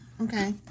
okay